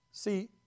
See